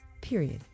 period